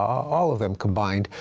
all of them combined,